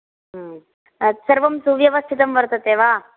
तत् सर्वं सुव्यवस्थितं वर्तते वा